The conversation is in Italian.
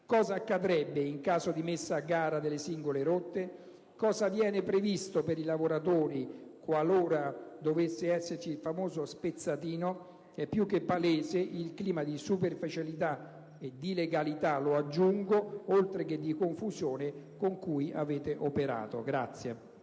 Cosa accadrebbe in caso di messa a gara delle singole rotte? Cosa viene previsto per i lavoratori qualora dovesse esserci il famoso spezzatino? È più che palese il clima di superficialità e - aggiungo - di illegalità, oltre che di confusione, con cui avete operato.